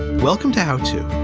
welcome to our two.